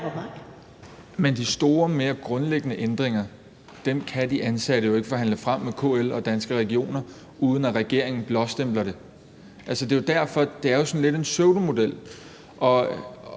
Men de store, mere grundlæggende ændringer kan de ansatte jo ikke forhandle frem med KL og Danske Regioner, uden at regeringen blåstempler det. Det er sådan lidt en pseudomodel.